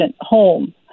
home